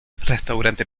restaurante